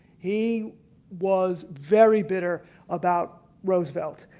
he was very bitter about roosevelt.